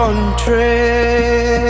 Country